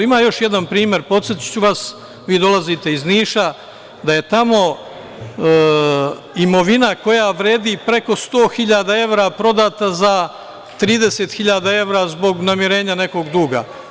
Ima još jedan primer, podsetiću vas, vi dolazite iz Niša, da je tamo imovina koja vredi preko 100.000 evra prodata za 30.000 evra zbog namirenja nekog duga.